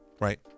Right